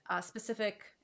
specific